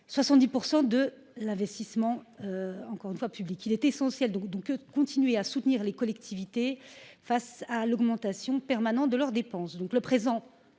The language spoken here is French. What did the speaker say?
70 % de l’investissement public. Il est donc essentiel de continuer à soutenir les collectivités face à l’augmentation continue de leurs dépenses.